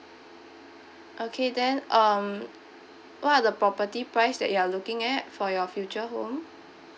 okay then um what are the property price that you are looking at for your future home